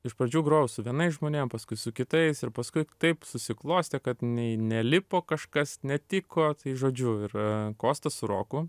iš pradžių grojau su vienais žmonėm paskui su kitais ir paskui taip susiklostė kad nei nelipo kažkas netiko tai žodžiu ir kostas su roku